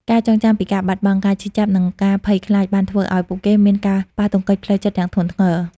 ការចងចាំពីការបាត់បង់ ការឈឺចាប់ និងការភ័យខ្លាចបានធ្វើឲ្យពួកគេមានការប៉ះទង្គិចផ្លូវចិត្តយ៉ាងធ្ងន់ធ្ងរ។